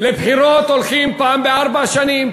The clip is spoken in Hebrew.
לבחירות הולכים פעם בארבע שנים,